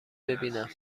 ببینم